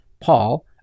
Paul